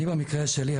במקרה שלי,